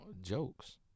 jokes